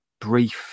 brief